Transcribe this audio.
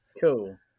Cool